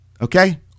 Okay